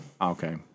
Okay